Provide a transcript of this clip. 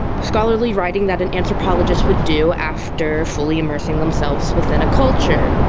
scholarly writing that an anthropologist would do after fully immersing themselves within a culture.